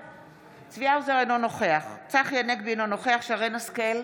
צחי הנגבי, אינו נוכח שרן מרים השכל,